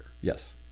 Yes